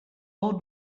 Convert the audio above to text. old